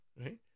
right